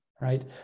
right